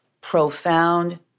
profound